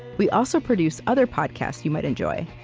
we also produce other podcasts you might enjoy,